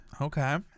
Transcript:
Okay